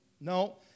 No